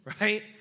right